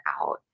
out